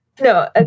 No